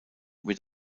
wird